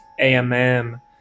AMM